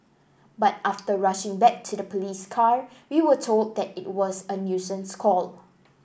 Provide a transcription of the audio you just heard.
but after rushing back to the police car we were told that it was a nuisance call